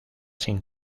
sin